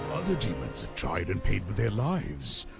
other demons have tried and paid with their lives.